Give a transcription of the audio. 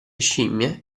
scimmie